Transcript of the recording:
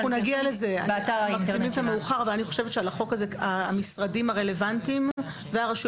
אנחנו נגיע לזה אבל אני חושבת שהמשרדים הרלוונטיים והרשויות